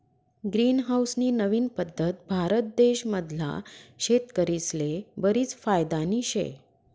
green house नी नवीन पद्धत भारत देश मधला शेतकरीस्ले बरीच फायदानी शे